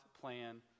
plan